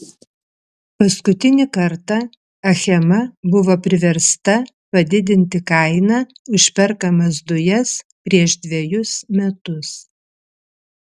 paskutinį kartą achema buvo priversta padidinti kainą už perkamas dujas prieš dvejus metus